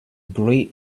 great